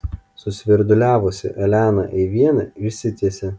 susvirduliavusi elena eivienė išsitiesė